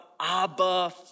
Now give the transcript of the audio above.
Abba